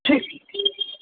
ठीकु